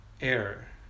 air